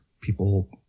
people